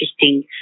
interesting